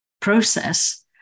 process